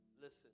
Listen